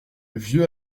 vieux